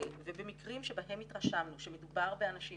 ובמקרים שבהם התרשמנו שמדובר באנשים